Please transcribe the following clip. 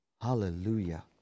Hallelujah